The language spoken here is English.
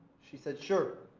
she said, sure.